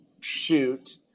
shoot